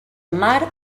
mar